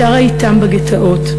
שרה אתם בגטאות,